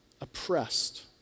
oppressed